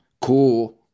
cool